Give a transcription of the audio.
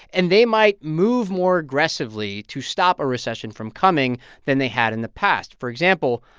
and they might move more aggressively to stop a recession from coming than they had in the past for example,